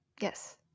yes